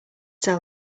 sell